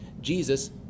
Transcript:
Jesus